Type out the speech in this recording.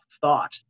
thought